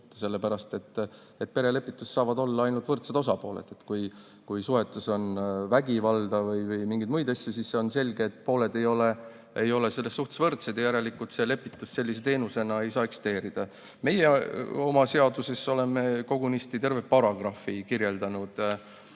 sellepärast et perelepituses saavad olla ainult võrdsed osapooled. Kui suhetes on vägivalda või mingeid muid asju, siis on selge, et pooled ei ole selles suhtes võrdsed ja järelikult see lepitus sellise teenusena ei saa eksisteerida. Meie oma seaduses oleme kogunisti tervet paragrahvi kirjeldanud